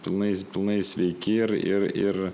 pilnais pilnai sveiki ir ir ir